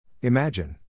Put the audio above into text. Imagine